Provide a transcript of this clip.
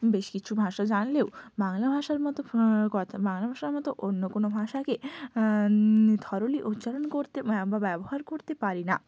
বেশ কিছু ভাষা জানলেও বাংলা ভাষার মতো কথা বাংলা ভাষার মতো অন্য কোনো ভাষাকে থরোলি উচ্চারণ করতে বা ব্যবহার করতে পারি না